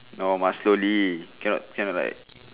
no must slowly cannot cannot like